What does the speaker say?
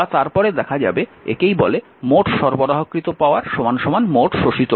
বা তার পরে দেখা যাবে একেই বলে মোট সরবরাহকৃত পাওয়ার মোট শোষিত পাওয়ার